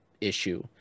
issue